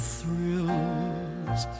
Thrills